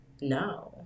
No